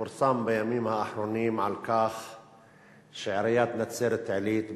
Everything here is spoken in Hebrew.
פורסם בימים האחרונים שעיריית נצרת-עילית,